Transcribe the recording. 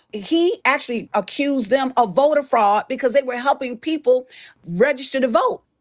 he actually accused them of voter fraud because they were helping people register to vote.